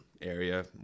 area